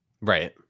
Right